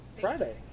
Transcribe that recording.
Friday